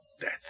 death